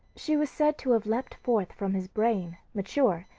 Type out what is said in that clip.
she was said to have leaped forth from his brain, mature,